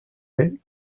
est